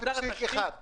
אבל 1.1 מיליון,